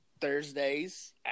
Thursdays